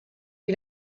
you